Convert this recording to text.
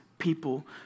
people